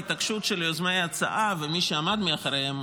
ההתעקשות של יוזמי ההצעה ומי שעמד מאחוריהם,